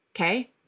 okay